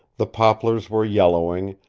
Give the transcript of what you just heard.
the poplars were yellowing,